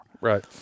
Right